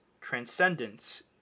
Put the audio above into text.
transcendence